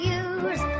use